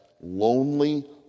lonely